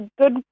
good